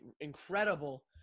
incredible